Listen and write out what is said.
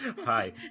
Hi